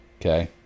okay